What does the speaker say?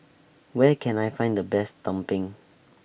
Where Can I Find The Best Tumpeng